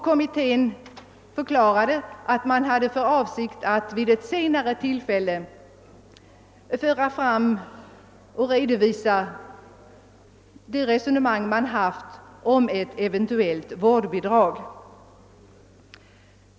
Kommittén förklarade att man hade för avsikt att i det kommande betänkandet redovisa sitt uppdrag och pröva frågan om ett vårdbidrag.